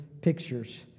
pictures